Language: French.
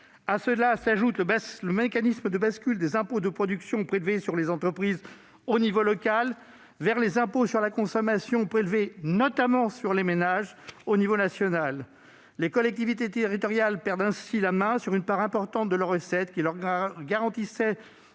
À cela s'ajoute le mécanisme de bascule des impôts de production, prélevés sur les entreprises au niveau local, vers des impôts sur la consommation prélevés, notamment sur les ménages, au niveau national. Les collectivités territoriales perdent ainsi la main sur une part importante de leurs recettes, qui leur garantissaient